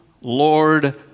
Lord